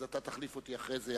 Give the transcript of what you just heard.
אז אתה תחליף אותי אחרי זה.